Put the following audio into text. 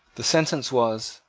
the sentence was,